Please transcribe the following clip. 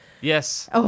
Yes